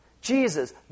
Jesus